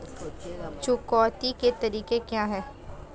चुकौती के तरीके क्या हैं?